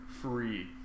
free